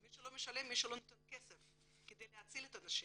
מי שלא משלם, מי שלא נותן כסף כדי להציל את הנשים